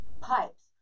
pipes